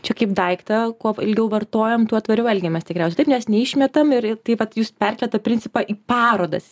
čia kaip daiktą kuo ilgiau vartojam tuo tvariau elgiamės tikriausiai taip nes neišmetam ir ir taip vat jūs perkeliat tą principą į parodas